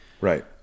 right